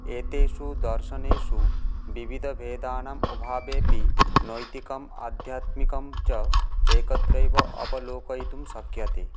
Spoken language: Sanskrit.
एतेषु दर्शनेषु विविधभेदानाम् अभावेऽपि नैतिकम् आध्यात्मिकं च एकत्रैव अवलोकयितुं शक्यते